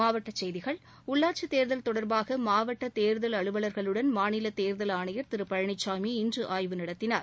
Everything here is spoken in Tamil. மாவட்ட செய்திகள் உள்ளாட்சி தேர்தல் தொடர்பாக மாவட்ட தேர்தல் அலுவலர்களுடன் மாநில தேர்தல் ஆணையர் திரு பழனிசாமி இன்று ஆய்வு நடத்தினார்